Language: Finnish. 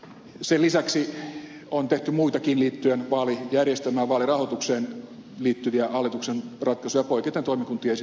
sen lisäksi on tehty muitakin vaalijärjestelmään vaalirahoitukseen liittyviä hallituksen ratkaisuja poiketen toimikuntien esityksistä